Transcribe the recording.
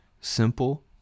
simple